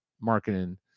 Marketing